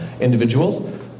individuals